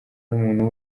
n’umuntu